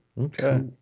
Okay